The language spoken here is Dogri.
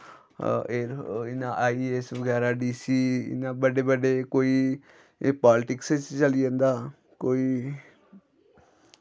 इ'यां आई ए ऐस्स बगैरा डी सी इ'यां बड्डे बड्डे कोई एह् पालटिकस च चली जंदा कोई